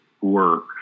work